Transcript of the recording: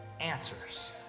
answers